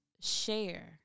share